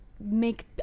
make